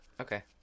Okay